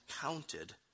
counted